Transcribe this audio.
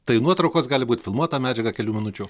tai nuotraukos gali būt filmuota medžiaga kelių minučių